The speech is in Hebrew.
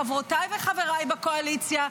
חברותיי וחבריי בקואליציה,